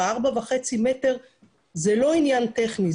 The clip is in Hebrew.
ה-4.5 מ"ר זה לא עניין טכני,